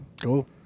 Cool